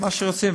מה שרוצים.